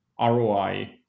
ROI